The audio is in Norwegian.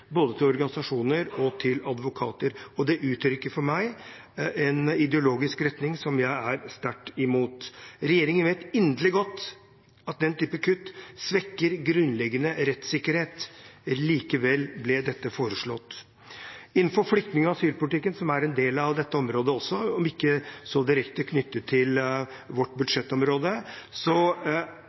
både til organisasjoner og til advokater, og det uttrykker for meg en ideologisk retning som jeg er sterkt imot. Regjeringen vet inderlig godt at den type kutt svekker grunnleggende rettssikkerhet. Likevel ble dette foreslått. Innenfor flyktning- og asylpolitikken, som er en del av dette området også, om ikke så direkte knyttet til vårt budsjettområde,